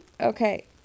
Okay